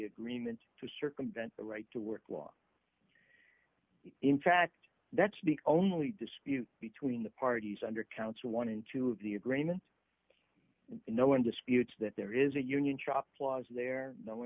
agreement to circumvent the right to work was in fact that's the only dispute between the parties under counts one in two of the agreements no one disputes that there is a union shop clause there no